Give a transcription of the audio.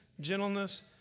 gentleness